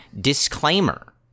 disclaimer